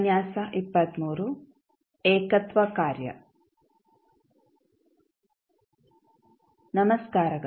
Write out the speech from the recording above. ನಮಸ್ಕರಗಳು